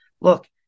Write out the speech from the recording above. look